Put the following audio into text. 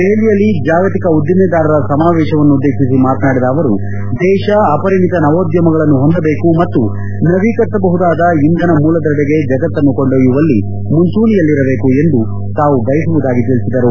ದೆಹಲಿಯಲ್ಲಿ ಜಾಗತಿಕ ಉದ್ದಿಮೆದಾರರ ಸಮಾವೇಶವನ್ನು ಉದ್ದೇತಿಸಿ ಮಾತನಾಡಿದ ಅವರು ದೇಶ ಅಪರಿಮಿತ ನವೋದ್ಧಮಗಳನ್ನು ಹೊಂದಬೇಕು ಮತ್ತು ನವೀಕರಿಸಬಹುದಾದ ಇಂಧನ ಮೂಲಗಳೆಡೆಗೆ ಜಗತ್ತನ್ನು ಕೊಂಡೊಯ್ಲುವಲ್ಲಿ ಮುಂಚೂಣಿಯಲ್ಲಿರಬೇಕು ಎಂದು ತಾವು ಬಯಸುವುದಾಗಿ ತಿಳಿಸಿದರು